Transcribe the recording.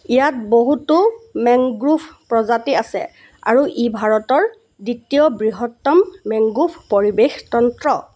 ইয়াত বহুতো মেংগ্ৰোভ প্ৰজাতি আছে আৰু ই ভাৰতৰ দ্বিতীয় বৃহত্তম মেংগ্ৰোভ পৰিৱেশ তন্ত্ৰ